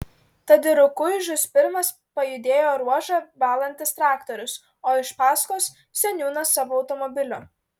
tad į rukuižius pirmas pajudėjo ruožą valantis traktorius o iš paskos seniūnas savo automobiliu